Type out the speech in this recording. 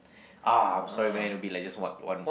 uh I'm sorry man it'll be like just one one